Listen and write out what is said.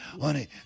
Honey